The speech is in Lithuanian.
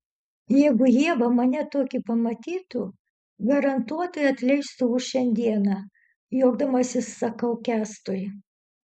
jeigu ieva mane tokį pamatytų garantuotai atleistų už šiandieną juokdamasis sakau kęstui